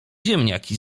ziemniaki